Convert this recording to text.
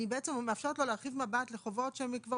אני בעצם מאפשרת לו להרחיב מבט לחובות שהם כבר